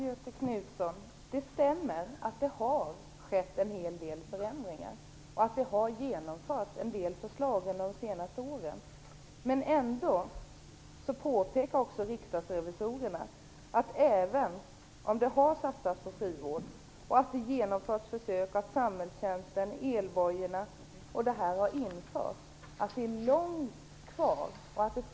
Fru talman! Ja, det stämmer! Det har skett en hel del förändringar och en del förslag har genomförts under de senaste åren. Även om det har satsats på frivård och även om det har genomförts försök och samhällstjänst, elbojor etc. har införts är det långt kvar, påpekar även riksdagsrevisorerna.